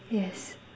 yes